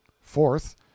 Fourth